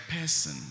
person